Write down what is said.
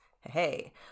hey